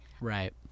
Right